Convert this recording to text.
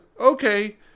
Okay